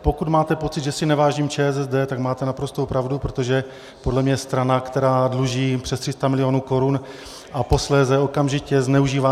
Pokud máte pocit, že si nevážím ČSSD, tak máte naprostou pravdu, protože podle mě strana, která dluží přes 300 milionů korun a posléze okamžitě zneužívá